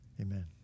amen